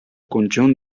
conjunt